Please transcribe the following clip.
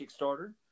Kickstarter